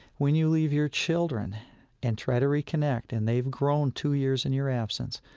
when you leave your children and try to reconnect, and they've grown two years in your absence,